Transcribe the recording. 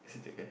is it that guy